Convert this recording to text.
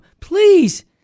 Please